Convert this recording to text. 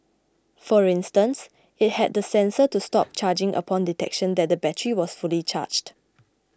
for instance it had a sensor to stop charging upon detection that the battery was fully charged